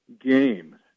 game